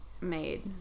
made